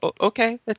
okay